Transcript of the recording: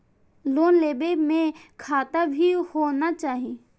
Loan लेबे में खाता भी होना चाहि?